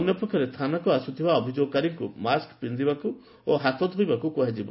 ଅନ୍ୟପକ୍ଷରେ ଥାନାକୁ ଆସୁଥିବା ଅଭିଯୋଗକାରୀଙ୍କୁ ମାସ୍କ ପିକ୍ଷିବାକୁ ଓ ହାତ ଧୋଇବାକୁ କୁହାଯିବ